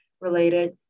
related